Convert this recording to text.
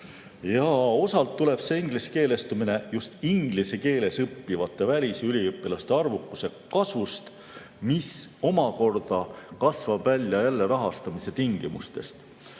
Osalt tuleb ingliskeelestumine just inglise keeles õppivate välisüliõpilaste arvukuse kasvust, mis omakorda kasvab välja jälle rahastamise tingimustest.